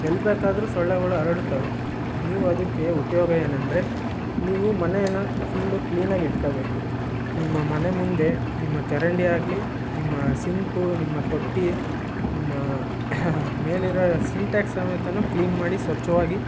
ಎಲ್ಲಿ ಬೇಕಾದರು ಸೊಳ್ಳೆಗಳು ಹರಡ್ತವೆ ನೀವು ಅದಕ್ಕೆ ಉಪಯೋಗ ಏನಂದರೆ ನೀವು ಮನೇನ್ನ ಫುಲ್ಲು ಕ್ಲೀನಾಗಿ ಇಟ್ಕೋಬೇಕು ನಿಮ್ಮ ಮನೆ ಮುಂದೆ ನಿಮ್ಮ ಚರಂಡಿಯಾಗಲಿ ನಿಮ್ಮ ಸಿಂಕು ನಿಮ್ಮ ತೊಟ್ಟಿ ನಿಮ್ಮ ಮೇಲಿರೋ ಸಿಂಟೆಕ್ಸ್ ಸಮೇತನು ಕ್ಲೀನ್ ಮಾಡಿ ಸ್ವಚ್ಛವಾಗಿ